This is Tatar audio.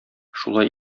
шулай